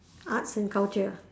arts and culture ah